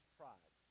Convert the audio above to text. pride